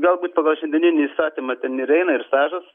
galbūt pagal šiandieninį įstatymą ten ir eina ir stažas